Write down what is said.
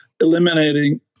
eliminating